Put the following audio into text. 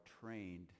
trained